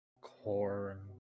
corn